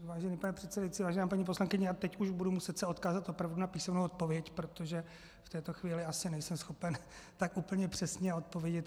Vážený pane předsedající, vážená paní poslankyně, a teď už se budu muset odkázat na písemnou odpověď, protože v této chvíli nejsem schopen tak úplně přesně odpovědět.